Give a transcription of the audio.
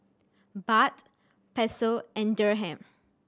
Baht Peso and Dirham